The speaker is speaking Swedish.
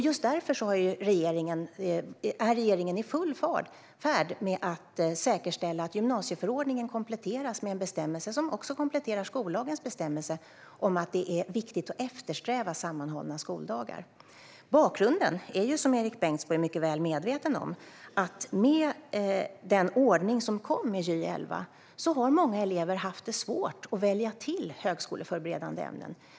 Just därför är regeringen i full färd med att säkerställa att gymnasieförordningen kompletteras med en bestämmelse - som också kompletterar skollagens bestämmelse - om att det är viktigt att eftersträva sammanhållna skoldagar. Bakgrunden är, som Erik Bengtzboe är mycket väl medveten om, att med den ordning som kom i Gy 2011 har många elever haft svårt att välja till högskoleförberedande ämnen.